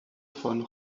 von